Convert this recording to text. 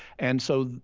and so,